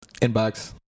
inbox